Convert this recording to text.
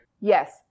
yes